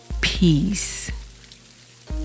peace